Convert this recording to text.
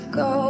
go